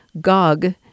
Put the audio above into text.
Gog